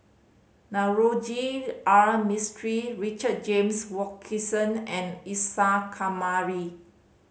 Navroji R Mistri Richard James Wilkinson and Isa Kamari